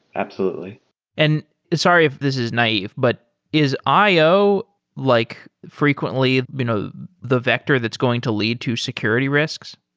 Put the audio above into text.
absolutely and sorry sorry if this is naive, but is i o like frequently been ah the vector that's going to lead to security risks?